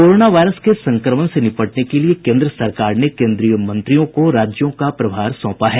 corona virus के संक्रमण से निपटने के लिये केंद्र सरकार ने केंद्रीय मंत्रियों को राज्यों का प्रभार सौंपा है